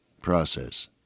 process